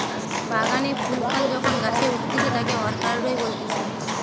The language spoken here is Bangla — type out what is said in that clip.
বাগানে ফুল ফল যখন গাছে উগতিচে তাকে অরকার্ডই বলতিছে